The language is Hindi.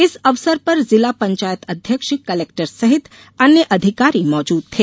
इस अवसर पर जिला पंचायत अध्यक्ष कलेक्टर सहित अन्य अधिकारी मौजूद थे